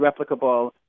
replicable